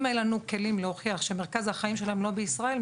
אם אין לנו כלים להוכיח שמרכז החיים שלהם לא בישראל,